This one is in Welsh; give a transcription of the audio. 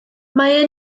mae